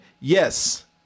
Yes